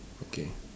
okay